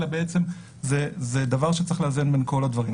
אלא זה דבר שצריך לאזן בין כל הדברים.